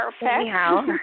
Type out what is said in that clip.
Anyhow